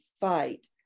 fight